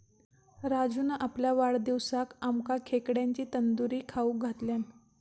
राजून आपल्या वाढदिवसाक आमका खेकड्यांची तंदूरी खाऊक घातल्यान